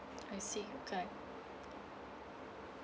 I see okay